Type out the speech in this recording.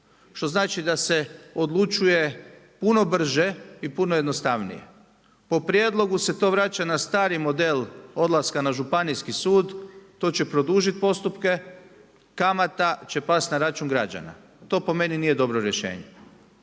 što znači da se odlučuje puno brže i puno jednostavnije. Po prijedlogu se to vraća na stari model odlaska na Županijski sud, to će produžit postupke, kamata će past na račun građana. To po meni nije dobro rješenje.